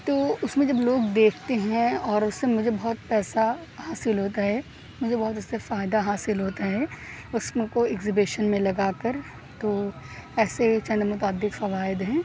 تو اس میں جب لوگ دیکھتے ہیں اور اس سے مجھے بہت پیسہ حاصل ہوتا ہے مجھے بہت اس سے فائدہ حاصل ہوتا ہے اس کو ایگزیبیشن میں لگا کر تو ایسے چند متعدد فوائد ہیں